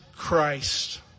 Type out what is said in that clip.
christ